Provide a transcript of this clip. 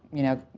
you know,